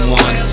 one